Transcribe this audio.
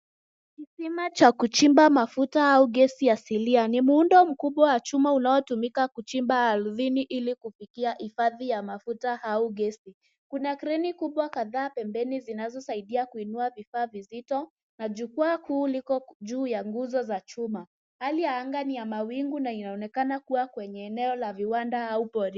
Kisima cha kuchimba mafuta au gesi asilia, ni muundo mkubwa wa chuma unaotumika kuchimba ardhini ili kufikia hifadhi ya mafuta au gesi. Kuna kreni kubwa kadhaa pembeni zinazosaidia kuinua vifaa vizito na jukwaa kuu liko juu ya nguzo za chuma. Hali ya anga ni ya mawingu na inaonekana kuwa kwenye eneo la viwanda au porini.